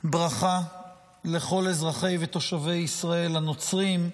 ברכה לכל האזרחים ותושבי ישראל הנוצרים,